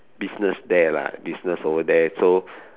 business there lah business over there so